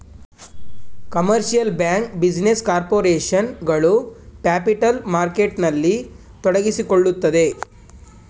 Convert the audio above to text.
commercial bank, business corporation ಗಳು capital ಮಾರ್ಕೆಟ್ನಲ್ಲಿ ತೊಡಗಿಸಿಕೊಳ್ಳುತ್ತದೆ